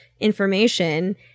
information